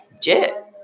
Jet